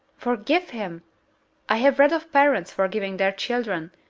forgive him i have read of parents forgiving their children,